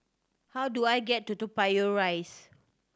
how do I get to Toa Payoh Rise